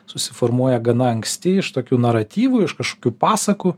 susiformuoja gana anksti iš tokių naratyvų iš kažkokių pasakų